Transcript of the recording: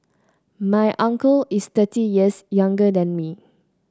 my uncle is thirty years younger than me